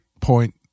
point